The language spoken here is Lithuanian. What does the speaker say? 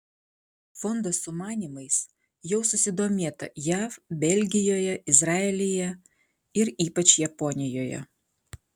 fondo sumanymais jau susidomėta jav belgijoje izraelyje ir ypač japonijoje